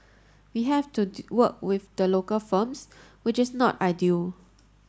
we have to work with the local firms which is not ideal